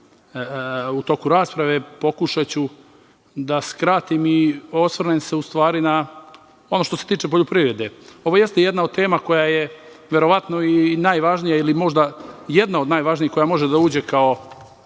u toku rasprave. Pokušaću da skratim i osvrnem se u stvari na ono što se tiče poljoprivrede. Ovo jeste jedna od tema koja je verovatno i najvažnija ili možda jedna od najvažnijih koja može da uđe kao